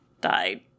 died